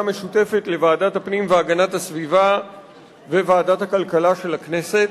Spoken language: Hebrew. משותפת לוועדת הפנים והגנת הסביבה וועדת הכלכלה של הכנסת.